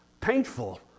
painful